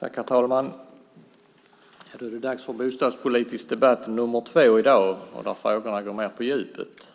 Herr talman! Nu är det dags för bostadspolitisk debatt nummer två i dag, och här går frågorna mer på djupet.